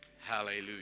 Hallelujah